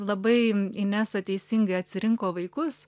labai inesa teisingai atsirinko vaikus